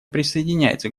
присоединяется